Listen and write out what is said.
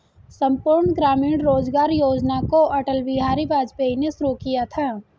संपूर्ण ग्रामीण रोजगार योजना को अटल बिहारी वाजपेयी ने शुरू किया था